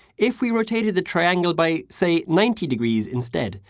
if we rotated the triangle by, say, ninety degrees instead,